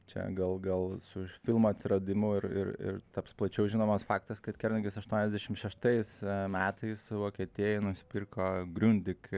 čia gal gal su filmo atsiradimu ir ir ir taps plačiau žinomas faktas kad kernagis aštuoniasdešim šeštais metais vokietijoj nusipirko griundig